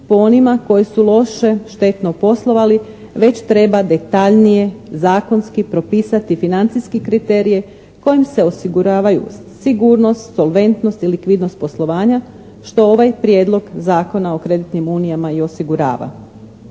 po onima koji su loše štetno poslovali već treba detaljnije zakonski propisati financijske kriterije kojim se osiguravaju sigurnost, solventnost i likvidnost poslovanja što ovaj prijedlog Zakona o kreditnim unijama i osigurava.